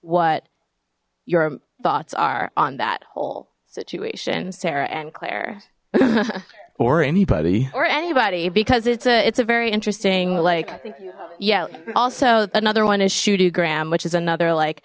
what your thoughts are on that whole situation sarah and claire or anybody or anybody because it's a it's a very interesting like yeah also another one is shooty graham which is another like